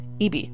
EB